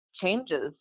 changes